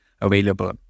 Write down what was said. available